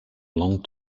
long